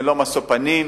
ללא משוא פנים,